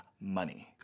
money